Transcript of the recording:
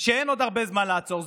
שאין עוד הרבה זמן לעצור.